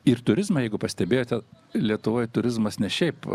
ir turizmo jeigu pastebėjote lietuvoj turizmas ne šiaip